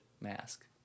mask